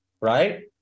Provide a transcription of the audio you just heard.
right